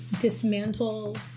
dismantle